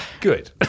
Good